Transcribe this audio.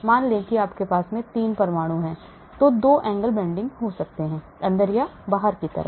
मान लें कि आपके पास 3 परमाणु हैं तो 2 angle bending सकते हैं अंदर या बाहर की ओर